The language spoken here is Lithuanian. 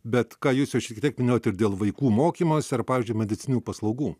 bet ką jūs jau šiek tiek minėjot ir dėl vaikų mokymosi ar pavyzdžiui medicininių paslaugų